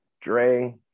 Dre